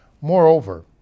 Moreover